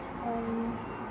um